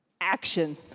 Action